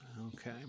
Okay